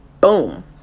Boom